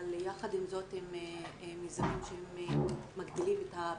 יחד עם זאת הם מיזמים שמגדילים את הפערים.